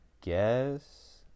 guess